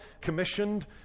commissioned